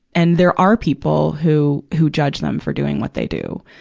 and there are people who, who judge them for doing what they do.